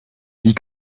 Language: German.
wie